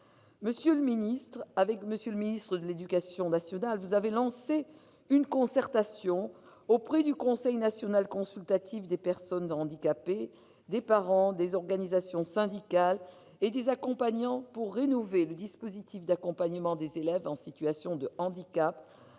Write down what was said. Monsieur le secrétaire d'État, avec M. le ministre de l'éducation nationale et de la jeunesse, vous avez lancé une concertation auprès du Conseil national consultatif des personnes handicapées, des parents, des organisations syndicales et des accompagnants pour rénover le dispositif d'accompagnement des élèves en situation de handicap